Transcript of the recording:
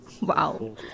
Wow